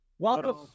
Welcome